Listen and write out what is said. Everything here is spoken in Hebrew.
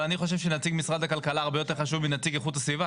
אבל אני חושב שנציג משרד הכלכלה הרבה יותר חשוב מנציג איכות הסביבה.